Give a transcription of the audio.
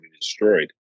destroyed